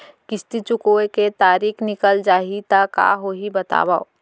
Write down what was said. किस्ती चुकोय के तारीक निकल जाही त का होही बताव?